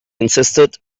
insisted